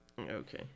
Okay